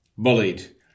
Bullied